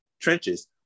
trenches